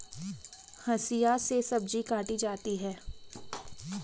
हंसिआ से सब्जी काटी जाती है